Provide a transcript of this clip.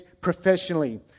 professionally